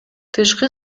тышкы